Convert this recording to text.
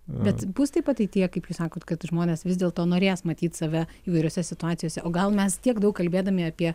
bet bus taip ateityje kaip jūs sakot kad žmonės vis dėlto norės matyt save įvairiose situacijose o gal mes tiek daug kalbėdami apie